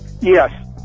Yes